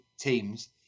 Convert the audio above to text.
teams